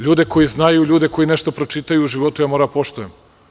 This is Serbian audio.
Ljude koje znaju, ljude koji nešto pročitaju u životu moram da poštujem.